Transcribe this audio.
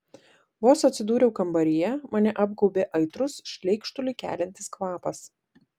vos atsidūriau kambaryje mane apgaubė aitrus šleikštulį keliantis kvapas